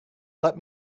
let